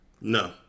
No